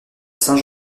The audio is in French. saint